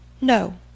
no